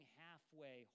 halfway